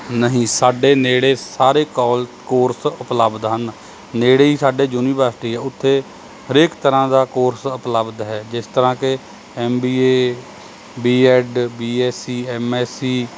ਨਹੀਂ ਸਾਡੇ ਨੇੜੇ ਸਾਰੇ ਕੋਲ਼ ਕੋਰਸ ਉਪਲਬਧ ਹਨ ਨੇੜੇ ਹੀ ਸਾਡੇ ਯੂਨੀਵਰਸਿਟੀ ਹੈ ਉੱਥੇ ਹਰੇਕ ਤਰ੍ਹਾਂ ਦਾ ਕੋਰਸ ਉਪਲਬਧ ਹੈ ਜਿਸ ਤਰ੍ਹਾਂ ਕਿ M B A B Ed B S C M S C